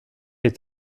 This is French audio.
est